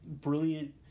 brilliant